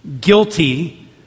guilty